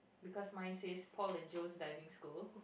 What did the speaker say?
because mine says Paul and Joe's Diving School